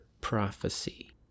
prophecy